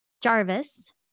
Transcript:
Jarvis